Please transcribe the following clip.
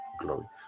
glory